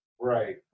Right